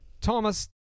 Thomas